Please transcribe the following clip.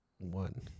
One